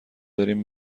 دارین